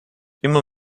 immer